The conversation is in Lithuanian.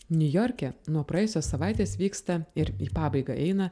niujorke nuo praėjusios savaitės vyksta ir į pabaigą eina